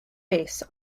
base